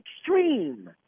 extreme